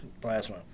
plasma